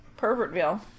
pervertville